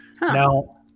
Now